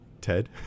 ted